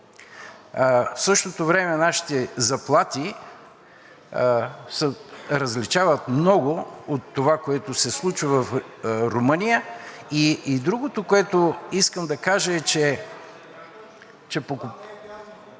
в същото време нашите заплати се различават много от това, което се случва в Румъния. И другото, което искам да кажа е, че